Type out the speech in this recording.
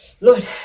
Lord